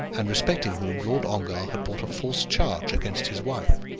and respecting whom lord ongar had brought a false charge against his wife.